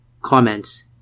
Comments